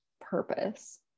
purpose